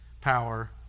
power